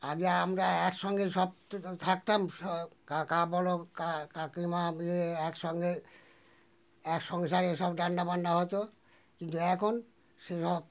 আগে আমরা একসঙ্গে সব থাকতাম সব কাকা বলো কা কাকিমা ইয়ে একসঙ্গে এক সংসারে সব রান্নাবান্না হতো কিন্তু এখন সেসব